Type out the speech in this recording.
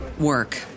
work